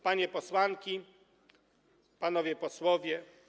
Panie Posłanki, Panowie Posłowie!